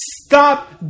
Stop